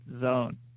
zone